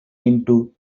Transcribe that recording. into